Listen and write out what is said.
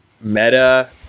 meta